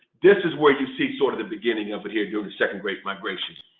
this is where you see sort of the beginning of it here during the second great migration.